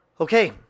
okay